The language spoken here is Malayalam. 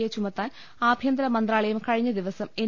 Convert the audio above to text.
എ ചുമത്താൻ ആഭ്യന്തരമന്ത്രാലയം കഴിഞ്ഞ ദിവസം എൻ